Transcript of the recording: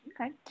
Okay